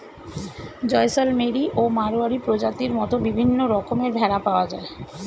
জয়সলমেরি ও মাড়োয়ারি প্রজাতির মত বিভিন্ন রকমের ভেড়া পাওয়া যায়